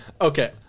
okay